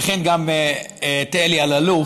וגם את אלי אלאלוף,